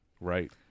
Right